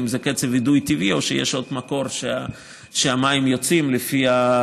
אם זה קצב אידוי טבעי או שיש עוד מקור שהמים יוצאים ממנו,